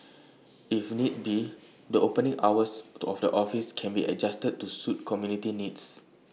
if need be the opening hours of the offices can be adjusted to suit community needs